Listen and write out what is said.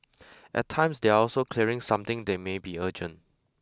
at times they are also clearing something they may be urgent